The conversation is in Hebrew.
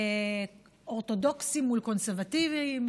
אורתודוקסים מול קונסרבטיבים,